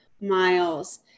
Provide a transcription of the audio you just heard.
miles